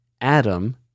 Adam